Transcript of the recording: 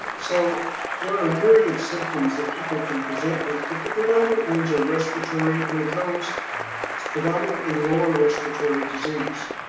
so there are myriad symptoms that people can present with, but the predominant ones are respiratory, and of those it's predominantly lower respiratory disease.